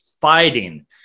fighting